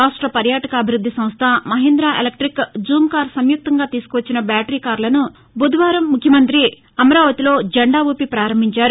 రాష్ట పర్యాటకాభివృద్ది సంస్ట మహీందా ఎలక్టిక్ జూమ్ కార్ సంయుక్తంగా తీసుకువచ్చిన బ్యాటరీ కార్లను బుధవారం ఆయన అమరావతిలో జెండా ఊపి పారంభించారు